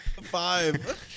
Five